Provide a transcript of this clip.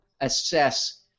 assess